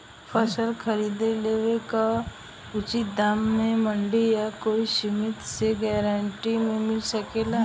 फसल खरीद लेवे क उचित दाम में मंडी या कोई समिति से गारंटी भी मिल सकेला?